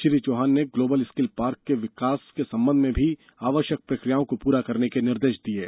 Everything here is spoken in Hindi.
श्री चौहान ने ग्लोबल स्किल पार्क के विकास के संबंध में भी आवश्यक प्रकियाओं को पूरा करने के निर्देश दिये हैं